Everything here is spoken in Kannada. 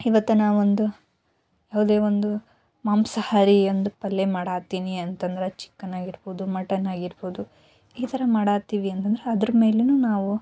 ಇವತ್ತು ನಾವೊಂದು ಯಾವುದೇ ಒಂದು ಮಾಂಸಾಹಾರಿ ಒಂದು ಪಲ್ಯ ಮಾಡ ಹತ್ತೀನಿ ಅಂತಂದ್ರೆ ಚಿಕನ್ನಾಗಿರ್ಬೋದು ಮಟನ್ನಾಗಿರ್ಬೋದು ಈ ಥರ ಮಾಡ ಹತ್ತೀವಿ ಅಂತಂದ್ರೆ ಅದ್ರ ಮೇಲೆಯೂ ನಾವು